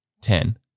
ten